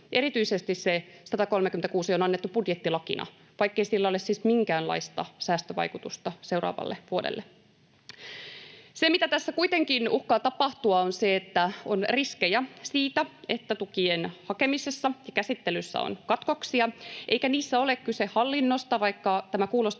erityisesti se 136 on annettu budjettilakina, vaikkei sillä ole siis minkäänlaista säästövaikutusta seuraavalle vuodelle. Se, mitä tässä kuitenkin uhkaa tapahtua, on se, että on riskejä siitä, että tukien hakemisessa ja käsittelyssä on katkoksia, eikä niissä ole kyse hallinnosta, vaikka tämä kuulostaakin